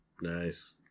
nice